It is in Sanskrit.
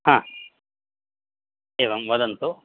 हा एवं वदन्तु